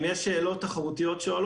אם יש שאלות שעולות,